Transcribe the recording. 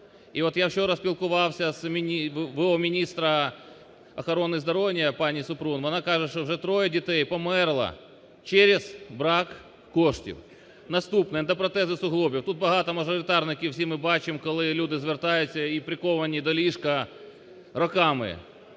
І от я вчора спілкувався з в.о. міністра охорони здоров'я пані Супрун. Вона каже, що вже троє дітей померло через брак коштів. Наступне – це протези суглобів. Тут багато мажоритарників, і всі ми бачимо, коли люди звертаються і приковані до ліжка роками.